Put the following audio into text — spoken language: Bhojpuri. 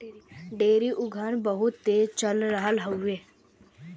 डेयरी उद्योग बहुत तेज चल रहल हउवे